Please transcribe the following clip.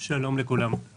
שלום לכולם.